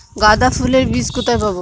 গাঁদা ফুলের বীজ কোথায় পাবো?